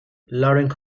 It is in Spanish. lauren